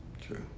True